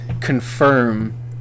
Confirm